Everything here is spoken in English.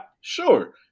sure